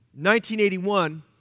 1981